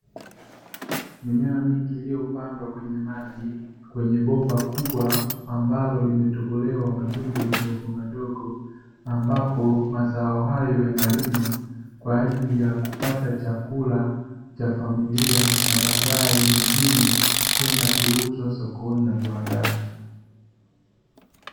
Mimea mingi iliyopandwa kwenye maji, kwenye bomba kubwa ambalo limetobolewa matundu madogomadogo, ambapo mazao hayo yanalimwa kwa ajili ya kupata chakula cha familia na baadaye mengine kwenda kuuzwa sokoni na viwandani.